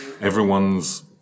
everyone's